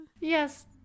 yes